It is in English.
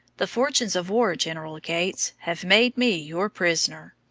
the fortunes of war, general gates, have made me your prisoner.